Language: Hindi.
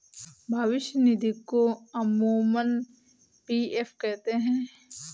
भविष्य निधि को अमूमन पी.एफ कहते हैं